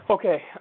Okay